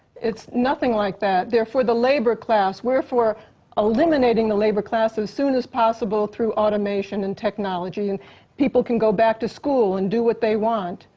it's nothing like that. they are for the labor class. we're for eliminating the labor class, as soon as possible through automation and technology. and people can go back to school and do what they want.